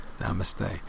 Namaste